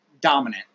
dominant